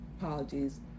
Apologies